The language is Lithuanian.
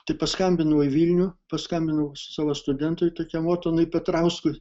tai paskambinau į vilnių paskambinau savo studentui tokiam otonui petrauskui